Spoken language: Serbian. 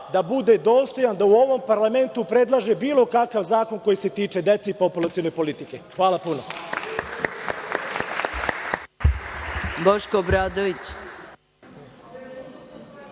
da bude dostojan da u ovom parlamentu predlaže bilo kakav zakon koji se tiče dece i populacione politike. Hvala puno.